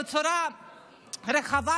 בצורה רחבה,